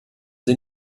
sie